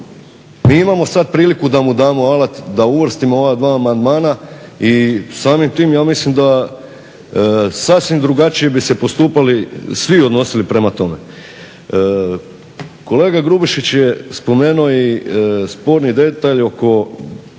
Mi imamo sad priliku da mu damo alat da uvrstimo ova dva amandmana i samim tim ja mislim da sasvim drugačije bi se postupalo i svi odnosili prema tome. Kolega Grubišić je spomenuo i sporni detalj oko